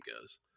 goes